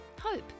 hope